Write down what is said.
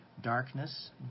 darkness